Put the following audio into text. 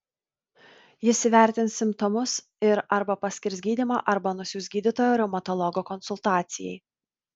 jis įvertins simptomus ir arba paskirs gydymą arba nusiųs gydytojo reumatologo konsultacijai